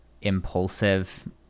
impulsive